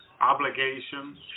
obligations